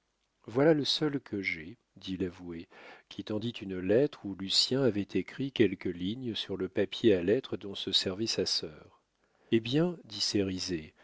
voilà le seul que j'aie dit l'avoué qui tendit une lettre où lucien avait écrit quelques lignes sur le papier à lettre dont se servait sa sœur eh bien